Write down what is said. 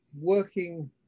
Working